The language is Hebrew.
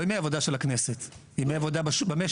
לא ימי עבודה של הכנסת, ימי עבודה במשק.